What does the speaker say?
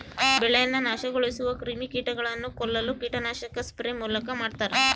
ಬೆಳೆಯನ್ನು ನಾಶಗೊಳಿಸುವ ಕ್ರಿಮಿಕೀಟಗಳನ್ನು ಕೊಲ್ಲಲು ಕೀಟನಾಶಕ ಸ್ಪ್ರೇ ಮೂಲಕ ಮಾಡ್ತಾರ